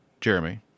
Jeremy